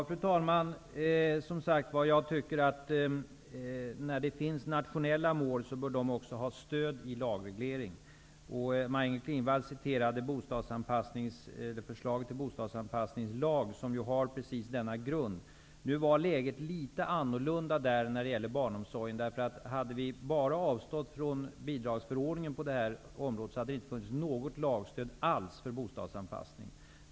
Fru talman! När det finns nationella mål bör de också, som sagt var, ha stöd i en lagreglering. Maj Inger Klingvall citerar förslaget till bostadsanpassningslag, som har precis denna grund. Nu var läget litet annorlunda där än när det gäller barnomsorgen, därför att om vi bara hade avstått från bidragsförordningen på det här området hade det inte funnits något lagstöd alls för bostadsanpassning.